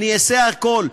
אני אעשה הכול.